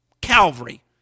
Calvary